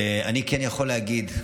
אני כן יכול להגיד,